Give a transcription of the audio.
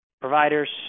Providers